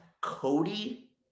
Cody